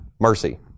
Mercy